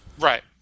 Right